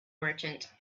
merchant